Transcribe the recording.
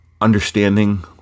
understanding